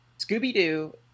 Scooby-Doo